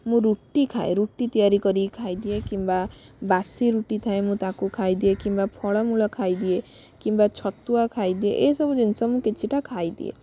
ମୁଁ ରୁଟି ଖାଏ ରୁଟି ତିଆରି କରିକି ଖାଇଦିଏ କିମ୍ବା ବାସି ରୁଟି ଥାଏ ମୁଁ ତାକୁ ଖାଇଦିଏ କିମ୍ବା ଫଳମୂଳ ଖାଇଦିଏ କିମ୍ବା ଛତୁଆ ଖାଇଦିଏ ଏଇସବୁ ଜିନିଷ ମୁଁ କିଛିଟା ଖାଇଦିଏ